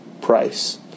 price